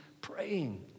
praying